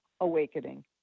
awakening